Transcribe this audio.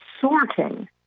sorting